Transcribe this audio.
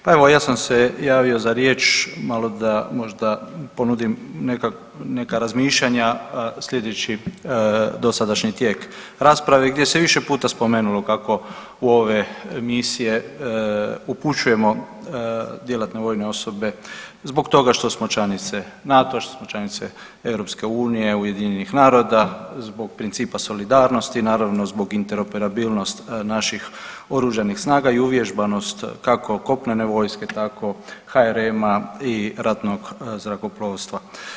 Pa evo ja sam se javio za riječ malo da možda ponudim neka razmišljanja sljedeći dosadašnji tijek rasprave gdje se više puta spomenulo kako u ove misije upućujemo djelatne vojne osobe zbog toga što smo članice NATO-a, što smo članice EU, UN-a zbog principa solidarnosti naravno zbog interoperabilnost naših oružanih snaga i uvježbanost kako kopnene vojske tako HRM-a i ratnog zrakoplovstva.